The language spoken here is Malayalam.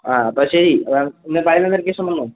ആ അപ്പം ശരി ആ എന്നാൽ പതിനൊന്നാരയ്ക്ക് ശേഷം വന്നോ